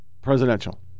presidential